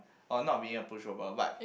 or not being a pushover but